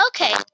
Okay